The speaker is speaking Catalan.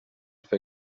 fer